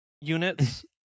units